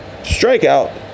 strikeout